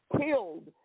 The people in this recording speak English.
killed